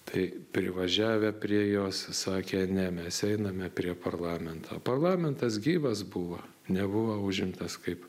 tai privažiavę prie jos sakė ne mes einame prie parlamento parlamentas gyvas buvo nebuvo užimtas kaip